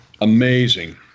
amazing –